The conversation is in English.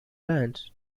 lands